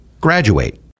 graduate